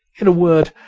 in a word,